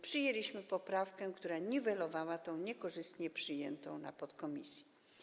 Przyjęliśmy poprawkę, która niwelowała tę niekorzystnie przyjętą w podkomisji.